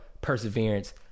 perseverance